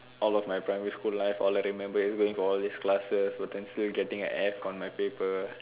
all of my primary school life all I remember is going for all these classes potentially getting an F for my paper